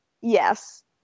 Yes